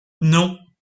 non